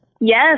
Yes